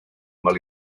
mal